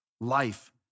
life